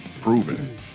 proven